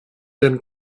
then